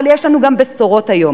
אבל יש לנו גם בשורות היום.